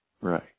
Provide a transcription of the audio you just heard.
Right